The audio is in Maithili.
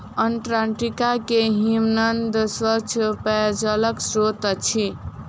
अंटार्टिका के हिमनद स्वच्छ पेयजलक स्त्रोत अछि